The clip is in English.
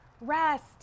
rest